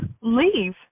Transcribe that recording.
leave